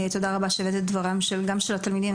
תודה רבה שהבאת את דברם גם של התלמידים,